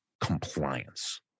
compliance